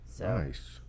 Nice